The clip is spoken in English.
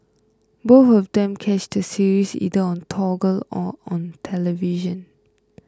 both of them catch the series either on toggle or on television